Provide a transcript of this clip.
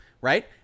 right